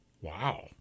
Wow